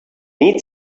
need